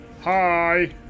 Hi